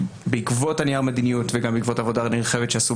בעקבות נייר המדיניות וגם בעקבות העבודה הנרחבת שעשו